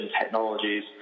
technologies